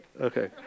Okay